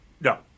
No